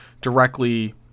directly